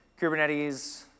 Kubernetes